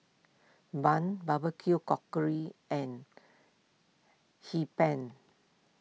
Bun Barbecue and Hee Pan